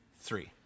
three